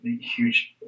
huge